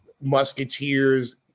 musketeers